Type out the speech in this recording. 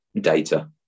data